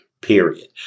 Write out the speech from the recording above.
period